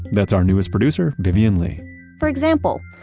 that's our newest producer, vivian le for example,